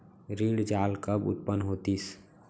ऋण जाल कब उत्पन्न होतिस?